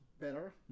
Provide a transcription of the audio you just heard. better